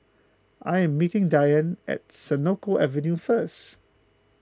I am meeting Dianne at Senoko Avenue first